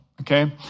okay